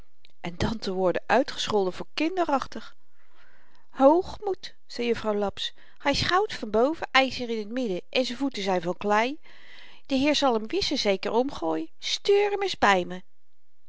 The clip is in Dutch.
en dan te worden uitgescholden voor kinderachtig hoogmoed zei juffrouw laps hy is goud van boven yzer in het midden en z'n voeten zyn van klei de heer zal m wis en zeker omgooien stuur m ns by me